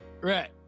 right